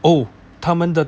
oh 他们的